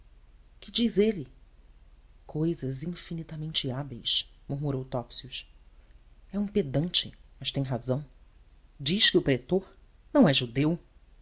que diz ele cousas infinitamente hábeis murmurou topsius e um pedante mas tem razão diz que o pretor não é um judeu